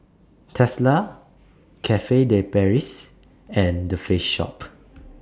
Tesla Cafe De Paris and The Face Shop